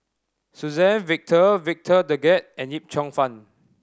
Suzann Victor Victor Doggett and Yip Cheong Fun